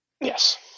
Yes